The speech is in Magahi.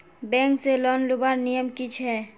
बैंक से लोन लुबार नियम की छे?